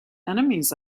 enemies